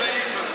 אל תבנה על זה.